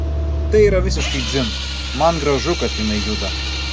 tai yra visiškai dzin man gražu kad jinai juda